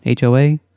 HOA